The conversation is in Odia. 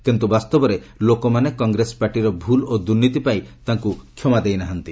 କିନ୍ତୁ ବାସ୍ତବରେ ଲୋକମାନେ କଂଗ୍ରେସ ପାର୍ଟିର ଭୁଲ୍ ଓ ଦୁର୍ନୀତି ପାଇଁ ତାକୁ କ୍ଷମା ଦେଇ ନାହାନ୍ତି